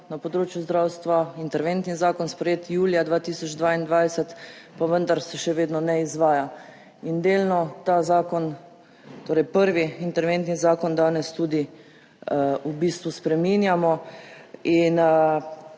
na področju zdravstva, interventni zakon sprejet julija 2022, pa vendar se še vedno ne izvaja, in delno ta zakon, torej prvi interventni zakon danes tudi v bistvu spreminjamo in